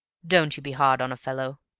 don't you be hard on a fellow!